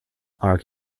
are